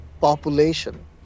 population